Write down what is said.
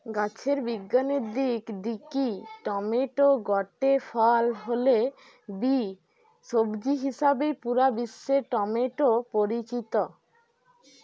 গাছের বিজ্ঞানের দিক দিকি টমেটো গটে ফল হলে বি, সবজি হিসাবেই পুরা বিশ্বে টমেটো পরিচিত